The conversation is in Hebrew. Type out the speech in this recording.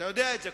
אתה יודע את זה.